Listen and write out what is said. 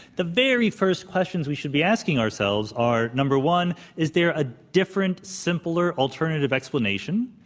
the very first questions we should be asking ourselves are, number one, is there a different, simpler alternative explanation?